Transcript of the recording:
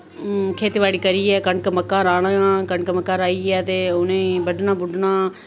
खेतीबाड़ी करियै कनक मक्कां राह्ना कनक मक्कां राह्इयै ते उ'नेंई बड्डना बुड्डना